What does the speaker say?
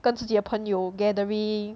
跟自己的朋友 gathering